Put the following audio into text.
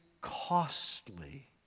costly